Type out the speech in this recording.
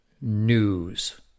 news